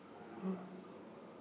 mm